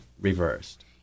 reversed